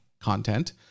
content